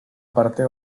parte